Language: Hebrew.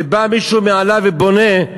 ומישהו מעליו בונה,